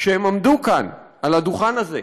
כשהם עמדו כאן, על הדוכן הזה,